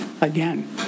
again